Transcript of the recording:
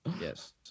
Yes